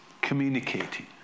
communicating